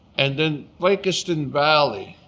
and then blakiston valley